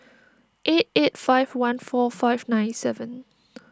eight eight five one four five nine seven